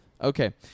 Okay